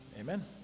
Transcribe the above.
Amen